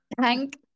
Thank